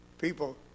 People